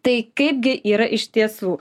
tai kaipgi yra iš tiesų